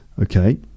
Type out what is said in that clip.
Okay